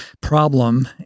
problem